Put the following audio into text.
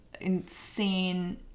insane